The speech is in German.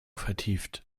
vertieft